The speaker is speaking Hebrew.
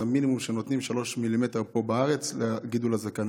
המקסימום שנותנים פה בארץ הוא 3 מ"מ לגידול הזקן.